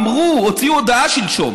אמרו, הוציאו הודעה שלשום